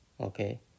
Okay